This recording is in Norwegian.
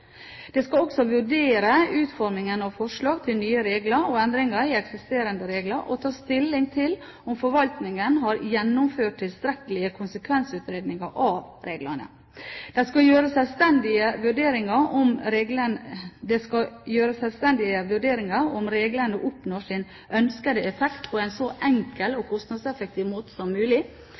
skal også vurdere utformingen av forslag til nye regler og endringer i eksisterende regler, og ta stilling til om forvaltningen har gjennomført tilstrekkelige konsekvensutredninger av reglene. De skal gjøre sjølstendige vurderinger av om reglene oppnår sin ønskede effekt på en så enkel og kostnadseffektiv måte som mulig.